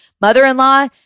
mother-in-law